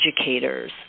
educators